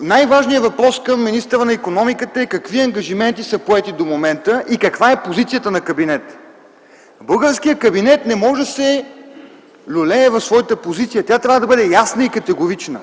Най-важният въпрос към министъра на икономиката е какви ангажименти са поети до момента и каква е позицията на кабинета. Българският кабинет не може да се люлее в своята позиция, тя трябва да бъде ясна и категорична.